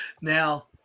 Now